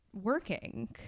working